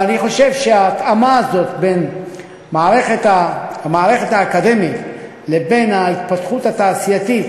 אני חושב שההתאמה הזאת בין המערכת האקדמית לבין ההתפתחות התעשייתית,